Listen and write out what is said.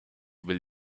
will